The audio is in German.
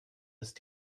ist